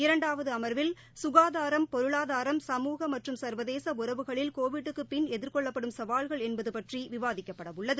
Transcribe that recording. இரண்டாவது அம்வில் சுகாதாரம் பொருளாதாரம் சமூக மற்றும் சா்வதேச உறவுகளில் கோவிட் க்கு பின் எதிர்கொள்ளப்படும் சவால்கள் என்பது பற்றி இரண்டாவது அமர்வில் விவாதிக்கப்பட உள்ளது